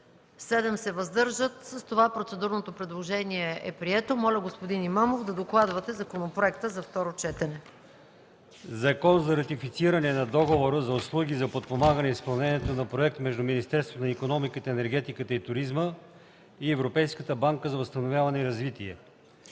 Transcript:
против 1, въздържали се 7. С това процедурното предложение е прието. Моля, господин Имамов, да докладвате законопроекта за второ четене. ДОКЛАДЧИК АЛИОСМАН ИМАМОВ: „ЗАКОН за ратифициране на Договора за услуги за подпомагане изпълнението на проект между Министерството на икономиката, енергетиката и туризма и Европейската банка за възстановяване и развитие